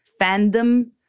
fandom